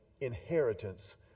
inheritance